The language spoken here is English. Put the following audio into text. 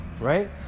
right